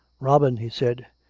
robin, he said,